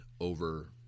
over